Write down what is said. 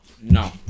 No